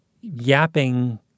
yapping